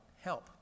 help